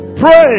Pray